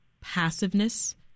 passiveness